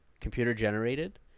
computer-generated